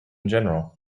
general